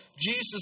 Jesus